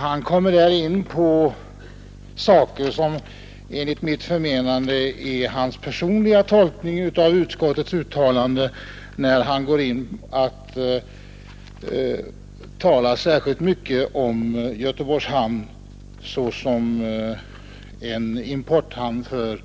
Han kommer där in på saker som enligt mitt förmenande är hans personliga tolkning av utskottets uttalande, när han talar särskilt mycket om Göteborgs hamn såsom en importhamn för